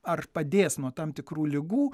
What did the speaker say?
ar padės nuo tam tikrų ligų